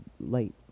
light